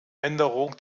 änderung